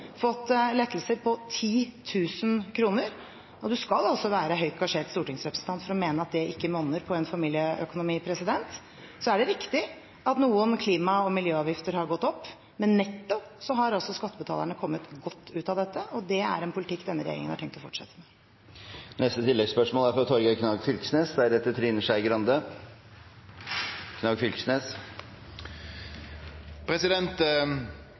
fått lettelser på 10 000 kr. Man skal være en høyt gasjert stortingsrepresentant for å mene at det ikke monner i en familieøkonomi. Det er riktig at noen klima- og miljøavgifter har gått opp, men netto har skattebetalerne kommet godt ut av dette, og det er en politikk denne regjeringen har tenkt å fortsette med. Torgeir Knag Fylkesnes – til oppfølgingsspørsmål. Sjølv om forskjellane i Noreg er